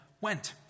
went